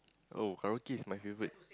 oh karaoke is my favourite